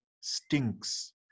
stinks